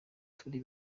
turi